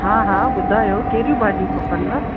हा हा ॿुधायो कहिड़ियूं भाॼियूं खपंदव